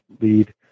lead